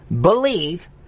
believe